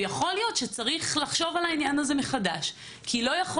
יכול להיות שצריך לחשוב על העניין הזה מחדש כי לא יכול